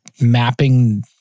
mapping